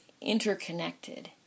interconnected